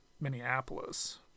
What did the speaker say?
Minneapolis